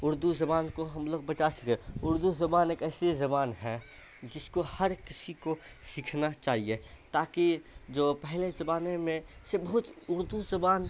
اردو زبان کو ہم لوگ بچا سکیں اردو زبان ایک ایسی زبان ہے جس کو ہر کسی کو سکھنا چاہیے تاکہ جو پہلے زمانے میں سے بہت اردو زبان